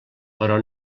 però